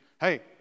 Hey